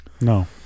No